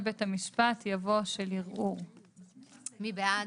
אחרי "בית המשפט" יבוא "של ערעור"." מי בעד?